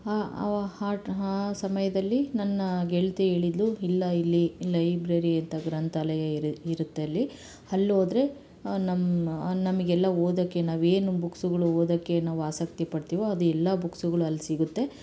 ಆ ಆವ ಹಾ ಆ ಸಮಯದಲ್ಲಿ ನನ್ನ ಗೆಳತಿ ಹೇಳಿದ್ಲು ಇಲ್ಲ ಇಲ್ಲಿ ಲೈಬ್ರರಿ ಅಂತ ಗ್ರಂಥಾಲಯ ಇರು ಇರುತ್ತಲ್ಲಿ ಅಲ್ ಹೋದ್ರೆ ನಮ್ಮ ನಮಗೆಲ್ಲ ಓದಕ್ಕೆ ನಾವು ಏನು ಬುಕ್ಸುಗಳು ಓದಕ್ಕೆ ನಾವು ಆಸಕ್ತಿ ಪಡ್ತೀವೋ ಅದು ಎಲ್ಲ ಬುಕ್ಸುಗಳು ಅಲ್ಲಿ ಸಿಗುತ್ತೆ